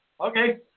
Okay